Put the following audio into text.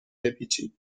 بپیچید